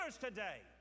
today